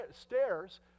stairs